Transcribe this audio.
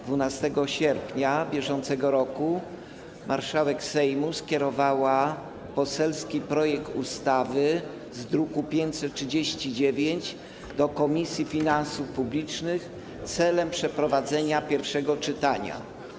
12 sierpnia br. marszałek Sejmu skierowała poselski projekt ustawy z druku nr 539 do Komisji Finansów Publicznych w celu przeprowadzenia pierwszego czytania.